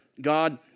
God